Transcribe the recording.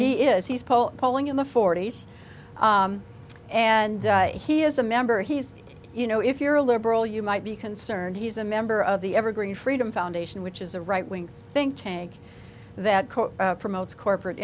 polling polling in the forty's and he is a member he's you know if you're a liberal you might be concerned he's a member of the evergreen freedom foundation which is a right wing think tank that promotes corporate